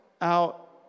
out